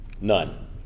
None